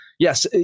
Yes